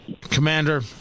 Commander